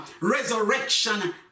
resurrection